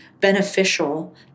beneficial